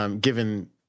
given